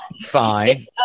fine